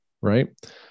right